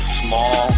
small